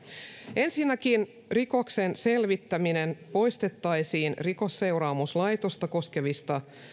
ensinnäkin rikoksen selvittäminen poistettaisiin rikosseuraamuslaitosta koskevista